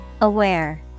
Aware